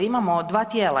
Imamo dva tijela.